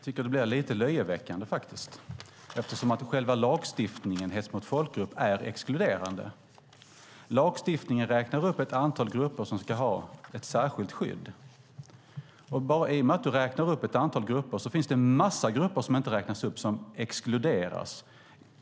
Herr talman! Det här blir faktiskt lite löjeväckande. Själva lagstiftningen rörande hets mot folkgrupp är exkluderande. I lagstiftningen räknas ett antal grupper upp som ska ha ett särskilt skydd. I och med att du räknar upp ett antal grupper finns det en massa grupper som därmed exkluderas, de som inte räknas upp.